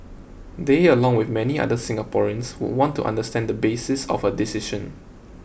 they along with many other Singaporeans would want to understand the basis of her decision